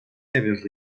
seves